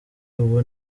ubu